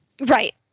Right